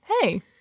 Hey